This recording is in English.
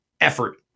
effort